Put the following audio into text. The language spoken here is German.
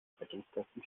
rettungskräften